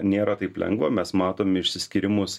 nėra taip lengva mes matom išsiskyrimus